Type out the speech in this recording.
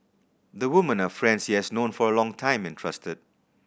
the women are friends he has known for a long time and trusted